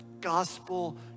gospel